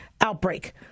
outbreak